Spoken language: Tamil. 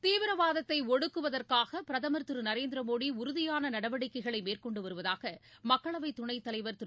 தீவிரவாதத்தை ஒடுக்குவதற்காக பிரதமர் திரு நரேந்திர மோடி உறுதியான நடவடிக்கைகளை மேற்கொண்டு வருவதாக மக்களவை துணைத் தலைவர் திரு